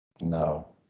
No